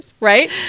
Right